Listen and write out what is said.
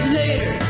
later